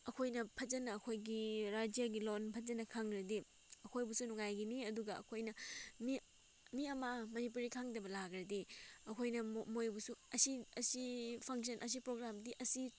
ꯑꯩꯈꯣꯏꯅ ꯐꯖꯅ ꯑꯩꯈꯣꯏꯒꯤ ꯔꯥꯏꯖ꯭ꯌꯒꯤ ꯂꯣꯟ ꯐꯖꯅ ꯈꯪꯂꯗꯤ ꯑꯩꯈꯣꯏꯕꯨꯁꯨ ꯅꯨꯡꯉꯥꯏꯒꯅꯤ ꯑꯗꯨꯒ ꯑꯩꯈꯣꯏꯅ ꯃꯤ ꯃꯤ ꯑꯃ ꯃꯅꯤꯄꯨꯔꯤ ꯈꯪꯗꯕ ꯂꯥꯛꯂꯗꯤ ꯑꯩꯈꯣꯏꯅ ꯃꯣꯏꯕꯨꯁꯨ ꯑꯁꯤ ꯑꯁꯤ ꯐꯪꯁꯟ ꯑꯁꯤ ꯄ꯭ꯔꯣꯒ꯭ꯔꯥꯝꯗꯤ ꯑꯁꯤ